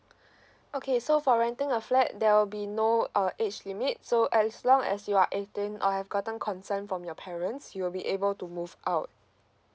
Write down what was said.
okay so for renting a flat there will be no uh age limit so as long as you are eighteen or have gotten consent from your parents you'll be able to move out